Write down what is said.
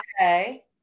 Okay